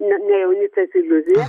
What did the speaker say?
ne ne jaunystės iliuzija